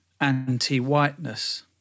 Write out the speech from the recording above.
anti-whiteness